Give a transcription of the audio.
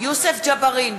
יוסף ג'בארין,